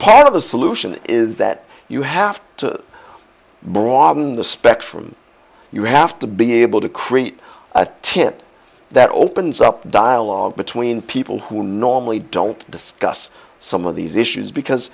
part of the solution is that you have to broaden the specs from you have to be able to create a template that opens up dialogue between people who normally don't discuss some of these issues because